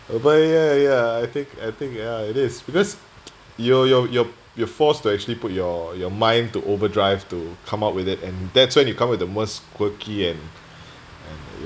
oh my uh ya ya ya I think I think ya it is because you're you're you're you're forced to actually put your your mind to overdrive to come up with it and that's why you come with the most quirky and and